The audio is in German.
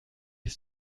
ist